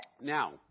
Now